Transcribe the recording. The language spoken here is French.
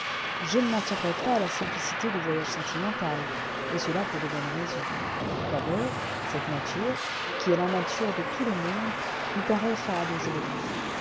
je ne m'en tiendrai pas à la simplicité du voyage sentimental et cela pour de bonnes raisons d'abord cette nature qui est la nature de tout le monde nous paraît fade aujourd'hui